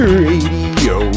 radio